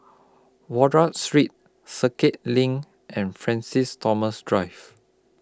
Street Circuit LINK and Francis Thomas Drive